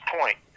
point